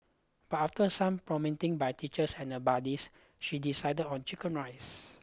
but after some prompting by teachers and her buddies she decided on chicken rice